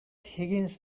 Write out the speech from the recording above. higgins